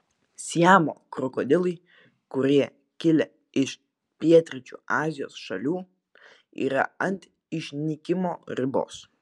siamo krokodilai kurie kilę iš pietryčių azijos šalių yra ant išnykimo ribos